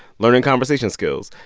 learning conversation skills.